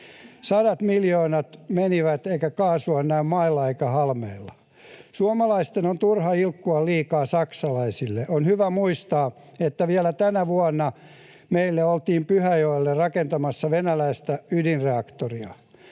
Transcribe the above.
Sadat miljoonat menivät, eikä kaasua näy mailla eikä halmeilla. Suomalaisten on turha ilkkua liikaa saksalaisille. On hyvä muistaa, että vielä tänä vuonna meille oltiin Pyhäjoelle rakentamassa venäläistä ydinreaktoria.